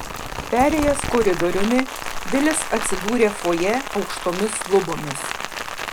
perėjęs koridoriumi vilis atsidūrė fojė aukštomis lubomis